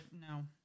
No